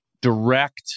direct